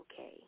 okay